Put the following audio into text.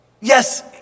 Yes